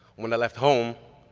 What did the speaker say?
when i left home,